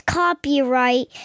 copyright